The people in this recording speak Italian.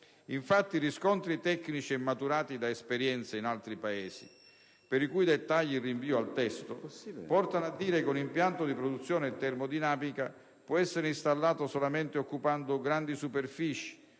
Infatti, i riscontri tecnici e maturati da esperienze in altri Paesi, per i cui dettagli rinvio al testo, portano a dire che un impianto di produzione termodinamica può essere installato solamente occupando grandi superfici,